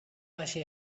baixa